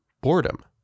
boredom